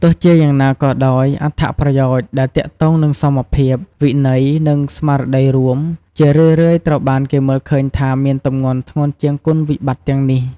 ទោះជាយ៉ាងណាក៏ដោយ អត្ថប្រយោជន៍ដែលទាក់ទងនឹងសមភាព វិន័យ និងស្មារតីរួម ជារឿយៗត្រូវបានគេមើលឃើញថាមានទម្ងន់ធ្ងន់ជាងគុណវិបត្តិទាំងនេះ។